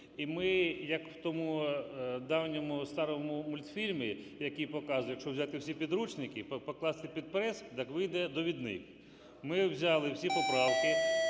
І ми, як в тому давньому старому мультфільмі, який показує: якщо взяти всі підручники, покласти під прес, так вийде довідник. Ми взяли всі поправки,